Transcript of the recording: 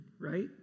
right